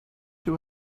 you